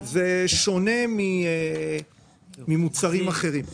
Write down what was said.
זה שונה ממוצרים אחרים.